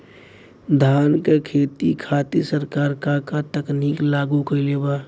धान क खेती खातिर सरकार का का तकनीक लागू कईले बा?